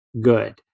good